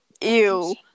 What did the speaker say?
Ew